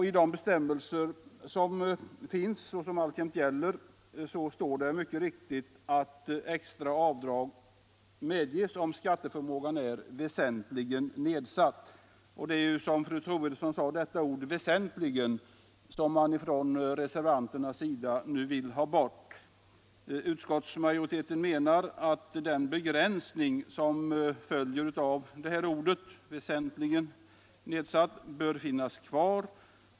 I de bestämmelser som alltjämt gäller står det mycket riktigt att extra avdrag medges om skatteförmågan är ”väsentligen” nedsatt. Det är, som fru Troedsson sade, ordet ”väsentligen” som reservanterna nu vill ha bort i denna skrivning. Utskottsmajoriteten menar att den begränsning som följer av föreskriften om ”väsentligen” nedsatt skatteförmåga bör finnas kvar.